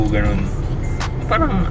Parang